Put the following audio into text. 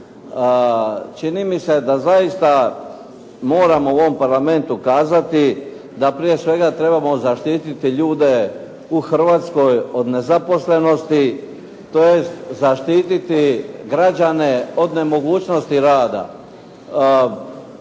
Čini mi se da zaista moramo u ovom Parlamentu kazati da prije svega trebamo zaštititi ljude u Hrvatskoj od nezaposlenosti, tj. zaštititi građane od nemogućnosti rada.